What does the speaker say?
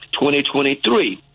2023